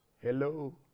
hello